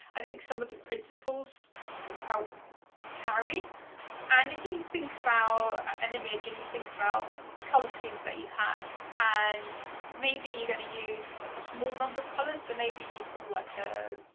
i think some of the principles sort of help carry and if you think about an image and you think about the color schemes that you have, and maybe you're going to use a small number of colors. so maybe you've got like ah